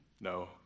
No